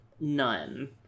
none